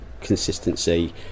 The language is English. consistency